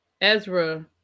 Ezra